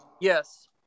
Yes